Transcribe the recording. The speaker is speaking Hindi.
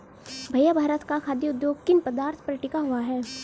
भैया भारत का खाघ उद्योग किन पदार्थ पर टिका हुआ है?